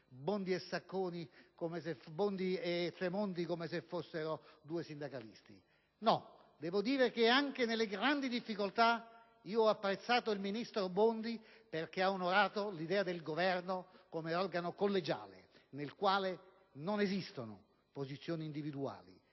Bondi e Tremonti come se fossero due sindacalisti. No, devo dire che anche nelle grandi difficoltà io ho apprezzato il ministro Bondi, perché ha onorato l'idea del Governo come organo collegiale, nel quale non esistono posizioni individuali.